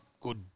good